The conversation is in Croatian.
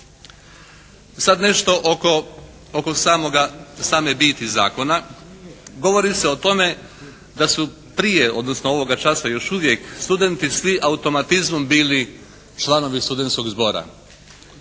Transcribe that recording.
Sad nešto oko same biti zakona. Govori se o tome da su prije odnosno ovoga časa još uvijek studenti svi automatizmom bili članovi studentskog zbora.